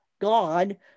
god